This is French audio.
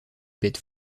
bête